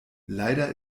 leider